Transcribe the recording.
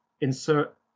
insert